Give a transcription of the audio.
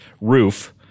roof